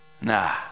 Nah